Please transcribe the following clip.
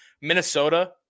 Minnesota